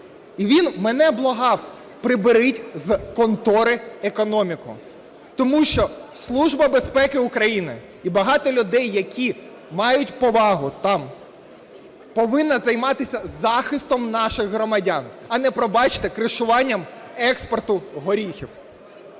І він мене благав, приберіть з контори економіку, тому що Служба безпеки України і багато людей, які мають повагу там, повинні займатися захистом наших громадян, а не, пробачте, "кришуванням" експорту горіхів.